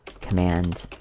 command